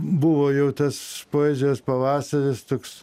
buvo jau tas poezijos pavasaris toks